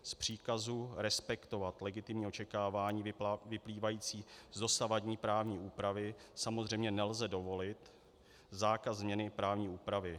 Z příkazu respektovat legitimní očekávání vyplývající z dosavadní právní úpravy samozřejmě nelze dovolit zákaz změny právní úpravy.